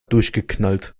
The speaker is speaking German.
durchgeknallt